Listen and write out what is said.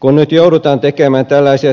kun nyt joudutaan tekemään tällaisia